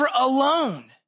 alone